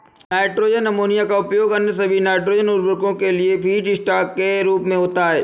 nitrogen ammonia का उपयोग अन्य सभी नाइट्रोजन उवर्रको के लिए फीडस्टॉक के रूप में होता है